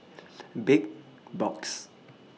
Big Box